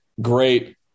great